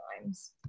times